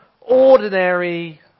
ordinary